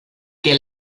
que